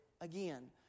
again